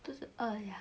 就是 !aiya!